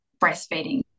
breastfeeding